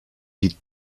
vite